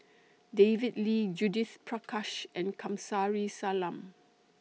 David Lee Judith Prakash and Kamsari Salam